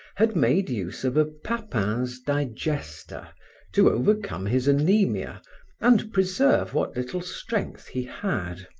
had made use of a papin's digester to overcome his anaemia and preserve what little strength he had.